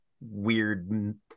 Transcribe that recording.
weird